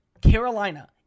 Carolina